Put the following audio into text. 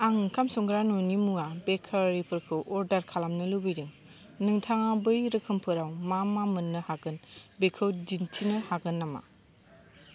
आं ओंखाम संग्रा न'नि मुवा बेकारि फोरखौ अर्डार खालामनो लुबैदों नोंथाङा बै रोखोमफोराव मा मा मोन्नो हागोन बेखौ दिन्थिनो हागोन नामा